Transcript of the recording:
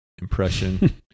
impression